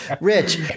Rich